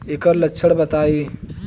ऐकर लक्षण बताई?